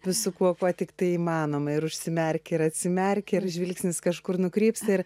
visu kuo tiktai įmanoma ir užsimerkia ir atsimerkia ir žvilgsnis kažkur nukrypsta ir